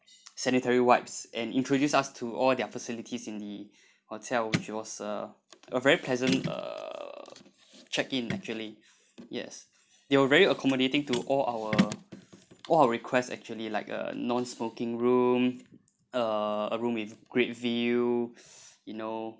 sanitary wipes and introduced us to all their facilities in the hotel which was a a very pleasant err chec-in actually yes they were very accommodating to all our all our request actually like a non-smoking room uh a room with great view you know